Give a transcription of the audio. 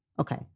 Okay